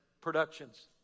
productions